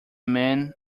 man